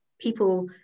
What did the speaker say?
people